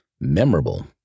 memorable